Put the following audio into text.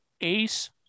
Ace